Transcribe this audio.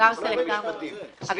אני